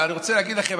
אבל אני רוצה להגיד לכם,